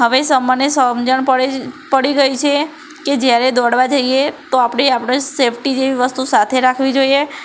હવે મને સમજણ પડી ગઈ છે કે જ્યારે દોડવા જઈએ તો આપણે આપણી સેફટી જેવી વસ્તુ સાથે રાખવી જોઈએ